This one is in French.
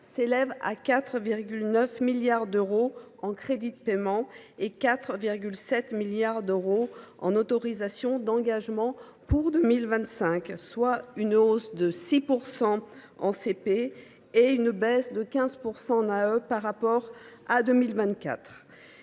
s’élèvent à 4,9 milliards d’euros en crédits de paiement (CP) et à 4,7 milliards d’euros en autorisations d’engagement (AE), soit une hausse de 6 % en CP et une baisse de 15 % en AE par rapport à 2024.